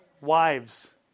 wives